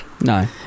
No